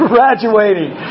Graduating